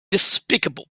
despicable